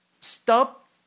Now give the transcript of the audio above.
Stop